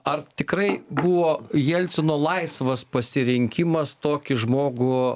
ar tikrai buvo jelcino laisvas pasirinkimas tokį žmogų